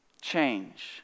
change